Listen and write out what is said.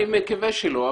אני מקווה שלא.